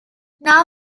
now